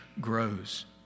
grows